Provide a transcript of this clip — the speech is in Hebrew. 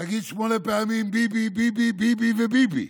תגיד שמונה פעמים: ביבי, ביבי, ביבי וביבי,